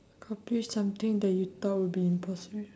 accomplish something that you thought would be impossible